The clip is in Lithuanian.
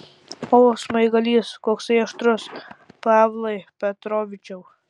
o smaigalys koksai aštrus pavlai petrovičiau